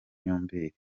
nyomberi